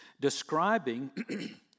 describing